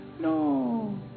no